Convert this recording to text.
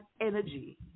energy